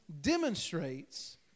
demonstrates